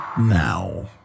now